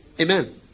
Amen